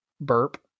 burp